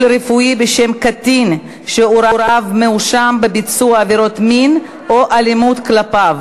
רפואי בשם קטין שהורהו מואשם בביצוע עבירת מין או אלימות כלפיו),